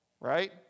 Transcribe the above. right